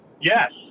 Yes